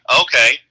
okay